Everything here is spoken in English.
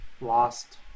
lost